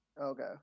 okay